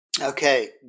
Okay